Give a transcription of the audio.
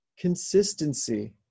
consistency